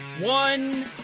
one